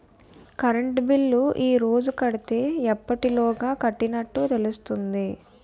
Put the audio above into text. Current bill ఈ రోజు కడితే ఎప్పటిలోగా కట్టినట్టు తెలుస్తుంది?